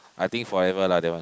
I think forever lah that one